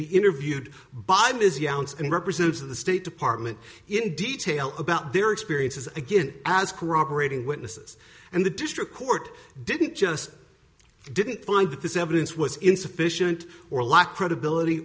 be interviewed by ms younes and representatives of the state department in detail about their experiences again as corroborating witnesses and the district court didn't just didn't find that this evidence was insufficient or lack credibility